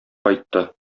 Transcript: кайтты